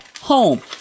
home